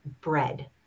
bread